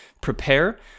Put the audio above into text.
prepare